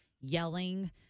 yelling